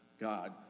God